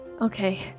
Okay